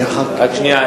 רק שנייה,